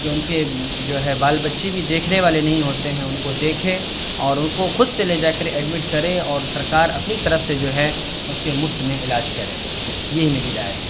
جو ان کے جو ہے بال بچے بھی دیکھنے والے نہیں ہوتے ہیں ان کو دیکھیں اور ان کو خود سے لے جا کر ایڈمٹ کریں اور سرکار اپنی طرف سے جو ہے اس کے مفت میں علاج کرے یہ میری رائے ہے